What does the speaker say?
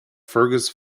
fergus